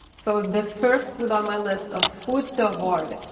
so, the first food on my list of foods to avoid,